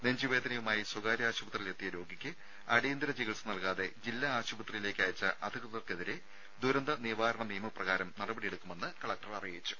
നെഞ്ച് വേദനയുമായി സ്വകാര്യ ആശുപത്രിയിലെത്തിയ രോഗിക്ക് അടിയന്തര ചികിത്സ നൽകാതെ ജില്ലാ ആശുപത്രിയിലേക്ക് അയച്ച അധികൃതർക്കെതിരെ ദുരന്ത നിവാരണ നിയമ പ്രകാരം നടപടിയെടുക്കുമെന്ന് കലക്ടർ അറിയിച്ചു